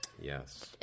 Yes